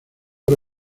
oro